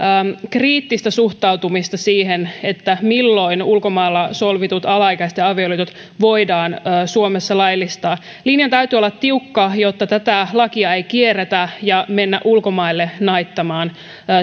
kriittistä suhtautumista siihen milloin ulkomailla solmitut alaikäisten avioliitot voidaan suomessa laillistaa linjan täytyy olla tiukka jotta tätä lakia ei kierretä ja mennä ulkomaille naittamaan